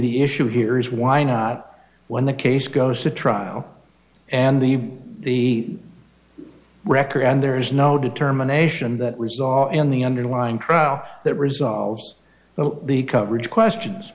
the issue here is why not when the case goes to trial and the the record and there is no determination that we saw in the underlying trial that resolves well the coverage questions